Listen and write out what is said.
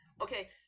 Okay